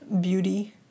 beauty